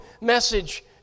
message